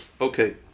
Okay